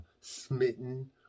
smitten